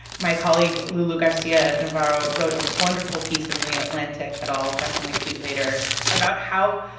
my colleague lulu garcia-navarro wrote a wonderful piece in in the atlantic that i'll definitely tweet later about how